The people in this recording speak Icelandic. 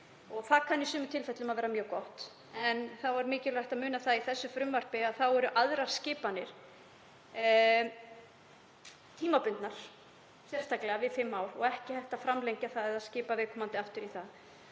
Það kann í sumum tilfellum að vera mjög gott. Þá er mikilvægt að muna að í þessu frumvarpi eru aðrar skipanir tímabundnar, sérstaklega í fimm ár, og ekki hægt að framlengja það eða skipa viðkomandi aftur.